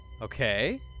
Okay